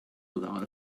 without